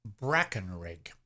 Brackenrig